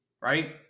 right